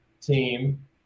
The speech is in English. team